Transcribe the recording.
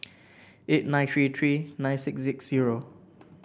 eight nine three three nine six six zero